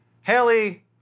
haley